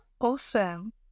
Awesome